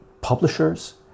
publishers